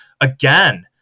again